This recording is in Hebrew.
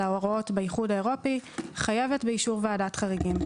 ההוראות באיחוד האירופי חייבת באישור ועדת חריגים.